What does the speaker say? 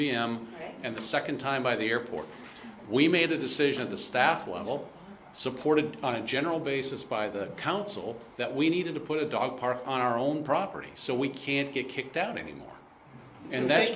v m and the second time by the airport we made a decision the staff level supported on a general basis by the council that we needed to put a dog park on our own property so we can't get kicked out anymore and th